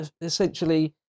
essentially